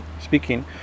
speaking